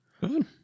Good